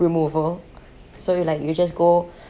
removal so you like you just go